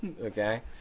Okay